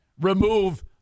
remove